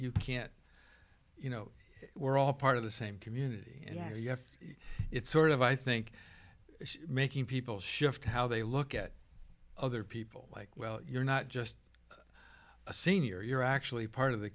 you can't you know we're all part of the same community and yes it's sort of i think making people shift how they look at other people like well you're not just a senior you're actually part of the